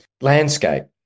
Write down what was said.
Landscape